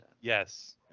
Yes